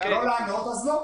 לא לענות, אז לא.